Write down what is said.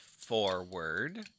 forward